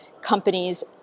companies